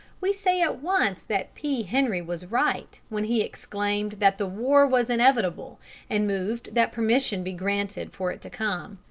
we say at once that p. henry was right when he exclaimed that the war was inevitable and moved that permission be granted for it to come.